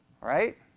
right